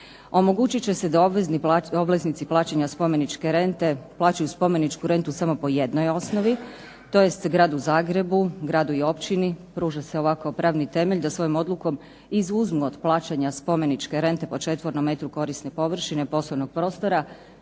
Omogućit će se da obveznici plaćanja spomeničke rente, plaćaju spomeničku rentu samo po jednoj osnovi, tj. Gradu Zagrebu, gradu i općini, pruža se ovako pravni temelj da svojom odlukom izuzmu od plaćanja spomeničke rente po četvornom metru korisne površine poslovnog prostora